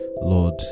Lord